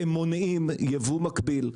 מונעים ייבוא מקביל,